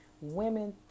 women